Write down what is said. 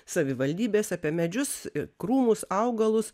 savivaldybės apie medžius krūmus augalus